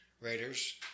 Raiders